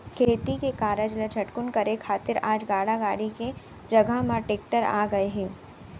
खेती के कारज ल झटकुन करे खातिर आज गाड़ा गाड़ी के जघा म टेक्टर आ गए हे